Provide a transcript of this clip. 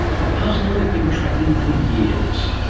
a puzzle we've been tracking for years.